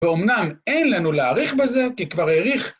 ואומנם אין לנו להעריך בזה כי כבר העריך.